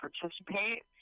participate